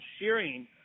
shearing